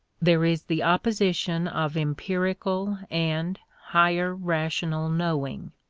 there is the opposition of empirical and higher rational knowing.